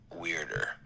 weirder